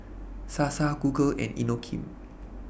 Sasa Google and Inokim